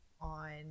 on